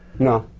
no,